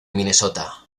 minnesota